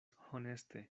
honeste